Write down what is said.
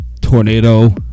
tornado